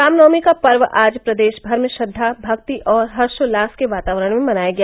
रामनवमी का पर्व आज प्रदेश भर में श्रद्दा भक्ति और हर्षोल्लास के वातावरण में मनाया गया